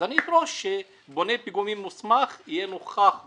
אז אני אדרוש שבונה פיגומים מוסמך יהיה נוכח בשטח,